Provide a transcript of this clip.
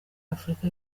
afurika